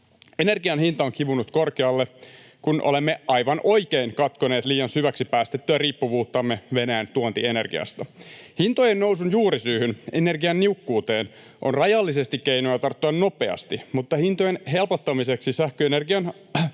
Energian hinta on kivunnut korkealle, kun olemme, aivan oikein, katkoneet liian syväksi päästettyä riippuvuuttamme Venäjän tuontienergiasta. Hintojen nousun juurisyyhyn, energian niukkuuteen, on rajallisesti keinoja tarttua nopeasti, mutta hintojen helpottamiseksi sähköenergian